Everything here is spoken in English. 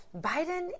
Biden